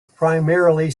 primarily